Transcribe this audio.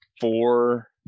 four